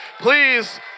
Please